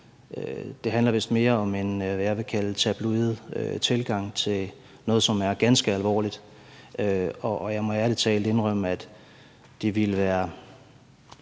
Det handler vist mere om det, jeg vil kalde en tabloid tilgang til noget, som er ganske alvorligt. Og jeg må ærlig talt indrømme, at det ville være